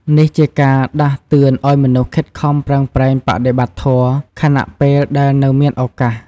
នេះជាការដាស់តឿនឱ្យមនុស្សខិតខំប្រឹងប្រែងបដិបត្តិធម៌ ខណៈពេលដែលនៅមានឱកាស។